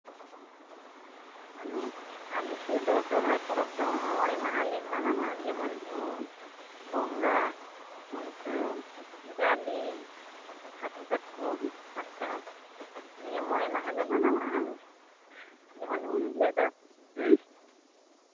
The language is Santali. ᱢᱟᱱᱮ ᱟᱞᱮ ᱥᱮᱫ ᱫᱚ ᱥᱚᱨᱦᱟᱭ ᱯᱚᱨᱚᱵᱽ ᱫᱚ ᱢᱚᱬᱮ ᱢᱟᱦᱟᱞᱮ ᱢᱟᱱᱟᱣᱟ ᱡᱮᱢᱚᱱ ᱩᱢ ᱵᱚᱸᱜᱟ ᱠᱷᱩᱱᱴᱟᱹᱣ ᱡᱟᱞᱮ ᱦᱟᱹᱠᱩ ᱠᱟᱴᱠᱚᱢ ᱥᱟᱠᱨᱟᱛ ᱱᱤᱭᱟᱹ ᱢᱚᱬᱮ ᱢᱟᱦᱟᱞᱮ ᱢᱟᱱᱟᱣᱟ ᱟᱨ ᱡᱮᱢᱚᱱ ᱩᱢ ᱦᱤᱞᱟᱹᱜ ᱫᱚ